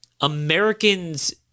Americans –